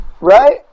Right